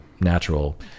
natural